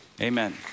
Amen